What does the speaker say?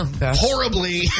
horribly